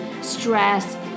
stress